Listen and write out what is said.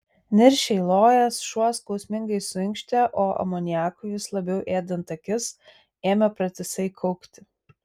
niršiai lojęs šuo skausmingai suinkštė o amoniakui vis labiau ėdant akis ėmė pratisai kaukti